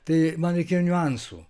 tai man reikėjo niuansų